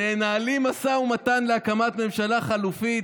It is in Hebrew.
תנהלי משא ומתן להקמת ממשלה חלופית,